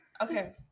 Okay